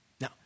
Now